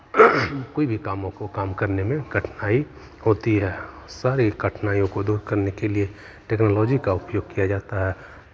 कोई भी कामों को काम करने में कठिनाई होती है सारी कठिनाइयों को दूर करने के लिये टेक्नोलॉजी का उपयोग किया जाता है